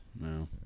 No